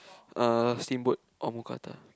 uh steamboat or mookata